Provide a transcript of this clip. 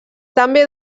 també